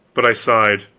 but i sighed